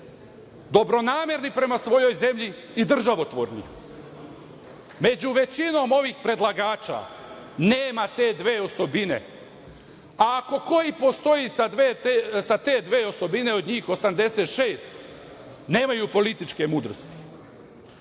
dobronamerni prema svojoj zemlji i državotvorni. Među većinom ovih predlagača nema te dve osobine, a ako ko i postoji sa te dve osobine od njih 86 nemaju političke mudrosti. Srbijo,